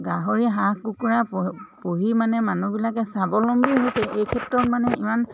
গাহৰি হাঁহ কুকুৰা প পুহি মানে মানুহবিলাকে স্বাৱলম্বী হৈছে এই ক্ষেত্ৰত মানে ইমান